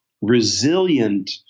resilient